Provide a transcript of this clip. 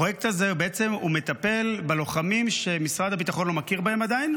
הפרויקט הזה בעצם מטפל בלוחמים שמשרד הביטחון לא מכיר בהם עדיין,